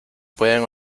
pueden